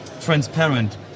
transparent